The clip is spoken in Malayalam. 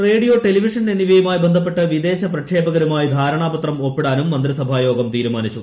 റേഡിയോ ടെലിവിഷൻ എന്നിവയുമായി ബ്രുഡപ്പെട്ട് വിദേശ പ്രക്ഷേപകരുമായി ധാരണാപത്രം ഒപ്പിടാനും മ്ന്ത്രിസഭായോഗം തീരുമാനിച്ചു